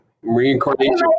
Reincarnation